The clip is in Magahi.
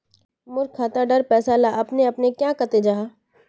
मोर खाता डार पैसा ला अपने अपने क्याँ कते जहा?